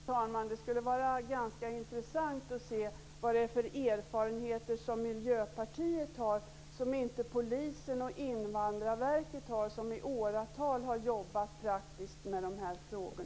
Fru talman! Det skulle vara ganska intressant att höra vilka erfarenheter Miljöpartiet har men som man inte har hos Polisen och inom Invandrarverket, där man i åratal har arbetat praktiskt med dessa frågor.